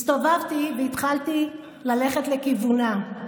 הסתובבתי והתחלתי ללכת לכיוונה,